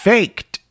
Faked